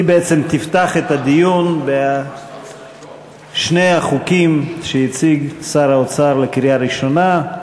היא בעצם תפתח את הדיון בשני החוקים שהציג שר האוצר לקריאה ראשונה.